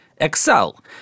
Excel